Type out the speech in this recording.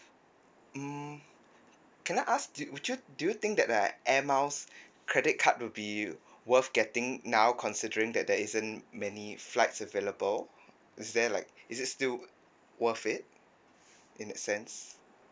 mm can I ask do you would you do you think that the air miles credit card would be worth getting now considering that there isn't many flights available is there like is it still worth it in a sense